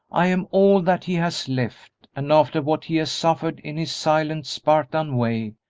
i am all that he has left, and after what he has suffered in his silent, spartan way,